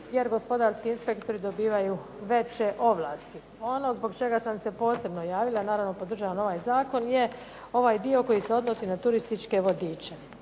jer gospodarski inspektori dobivaju veće ovlasti. Ono zbog čega sam se posebno javila, naravno podržavam ovaj zakon, je ovaj dio koji se odnosi na turističke vodiče.